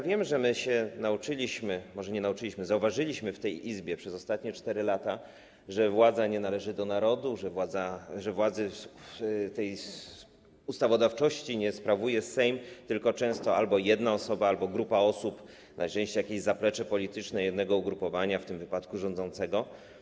Wiem, że się nauczyliśmy, może nie nauczyliśmy, ale zauważyliśmy w tej Izbie przez ostatnie 4 lata, że władza nie należy do narodu, że władzy, tej ustawodawczości nie sprawuje Sejm, tylko często albo jedna osoba, albo grupa osób, najczęściej jakieś zaplecze polityczne jednego ugrupowania, w tym wypadku rządzącego.